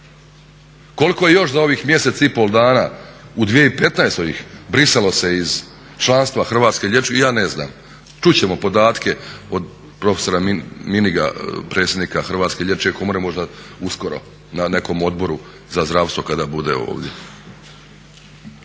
Koliko je još za ovih mjesec i pol dana u 2015.ih brisalo se iz članstva Hrvatske liječničke komore ja ne znam, čut ćemo podatke od profesora Miniga predsjednika Hrvatske liječničke komore možda uskoro na nekom Odboru za zdravstvo kada bude ovdje.